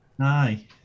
aye